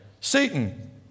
Satan